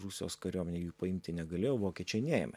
rusijos kariuomenė jų paimti negalėjo vokiečiai neėmė